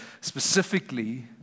specifically